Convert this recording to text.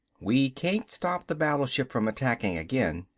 we can't stop the battleship from attacking again,